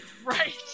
Right